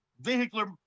vehicular